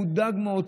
מודאג מאוד,